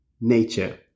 nature